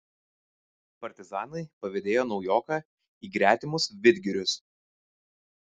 partizanai pavedėjo naujoką į gretimus vidgirius